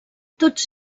tots